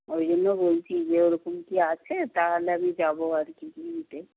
ওই জন্য বলছি যে ওরকম কি আছে তাহলে আমি যাবো আর কি কিনতে